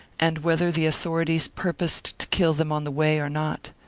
and whether the authorities purposed to kill them on the way or not.